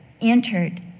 entered